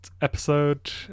episode